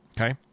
Okay